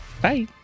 bye